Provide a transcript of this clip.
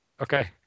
Okay